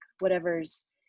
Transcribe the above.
whatever's